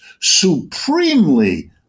supremely